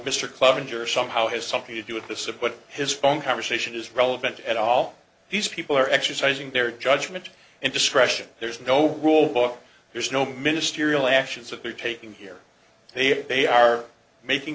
clevenger somehow has something to do with this of what his phone conversation is relevant at all these people are exercising their judgment and discretion there's no rule of law there's no ministerial actions that they're taking here here they are making